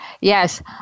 Yes